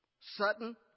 Sutton